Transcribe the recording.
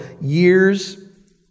years